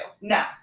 no